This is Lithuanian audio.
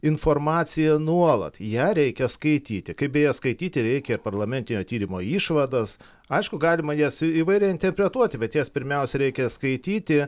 informaciją nuolat ją reikia skaityti kaip beje skaityti reikia parlamentinio tyrimo išvadas aišku galima jas įvairiai interpretuoti bet jas pirmiausia reikia skaityti